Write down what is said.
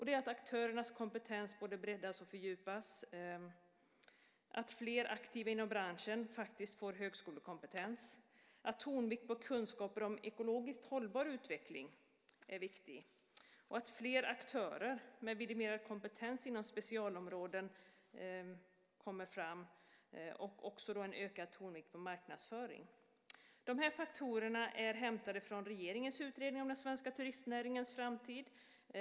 Det är att aktörernas kompetens borde breddas och fördjupas, att fler aktiva inom branschen faktiskt får högskolekompetens, att tonvikt läggs på kunskaper om ekologiskt hållbar utveckling - det är viktigt - att fler aktörer med vidimerad kompetens inom specialområden kommer fram och att en ökad tonvikt läggs på marknadsföring. De här faktorerna är hämtade från regeringens utredning om den svenska turistnäringens framtid.